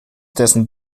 dessen